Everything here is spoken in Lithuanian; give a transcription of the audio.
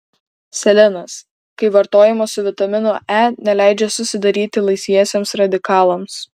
selenas kai vartojamas su vitaminu e neleidžia susidaryti laisviesiems radikalams